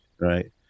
right